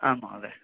आं महोदय